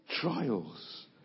trials